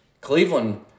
Cleveland